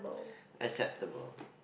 acceptable